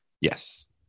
Yes